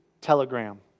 telegram